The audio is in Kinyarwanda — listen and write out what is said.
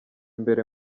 imbere